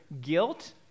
guilt